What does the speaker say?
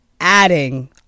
adding